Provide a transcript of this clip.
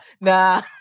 nah